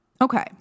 Okay